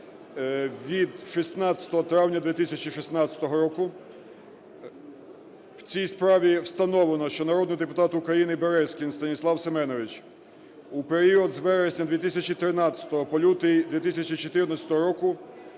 від 16 травня 2016 року. В цій справі встановлено, що народний депутат України Березкін Станіслав Семенович у період з вересня 2013 по лютий 2014 року,